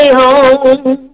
home